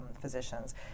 physicians